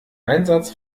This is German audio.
einsatz